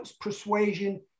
persuasion –